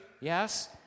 yes